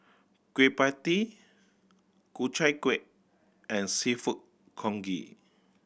Kueh Pie Tee Ku Chai Kuih and Seafood Congee